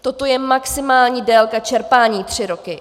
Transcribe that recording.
Toto je maximální délka čerpání tři roky.